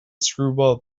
screwball